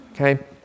Okay